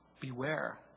Beware